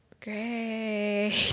great